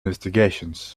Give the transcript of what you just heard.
investigations